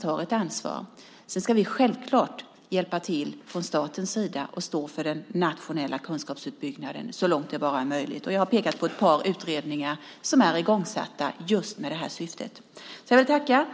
tar ett ansvar. Vi ska självklart hjälpa till från statens sida och stå för den nationella kunskapsuppbyggnaden så långt det bara är möjligt. Jag har pekat på ett par utredningar som är igångsatta just med det här syftet. Jag vill tacka.